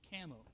camo